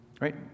right